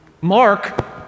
Mark